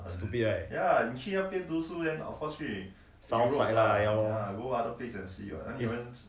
stupid right south side lah ya lor